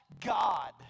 God